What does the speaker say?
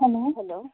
hello hello